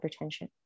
hypertension